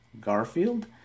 Garfield